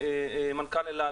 מנכ"ל אל-על,